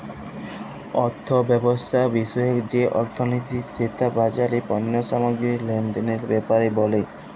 অথ্থব্যবস্থা বিষয়ক যে অথ্থলিতি সেট বাজারে পল্য সামগ্গিরি লেলদেলের ব্যাপারে ব্যলে